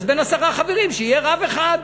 אז בין עשרה חברים שיהיה רב אחד.